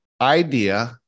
idea